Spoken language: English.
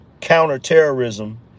counterterrorism